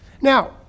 Now